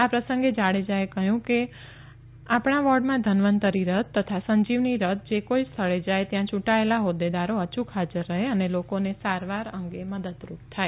આ પ્રસંગે જાડેજાએ કહ્યું હતું કે આપણા વોર્ડમાં ધનવંતરી રથ તથા સંજીવની રથ જે કોઇસ્થળે જાય ત્યાં યુંટાયેલા હોદેદારો અયુક હાજર રહે અને લોકોને સારવાર અંગે મદદરૂપ થાય